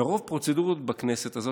מרוב פרוצדורות בכנסת הזאת.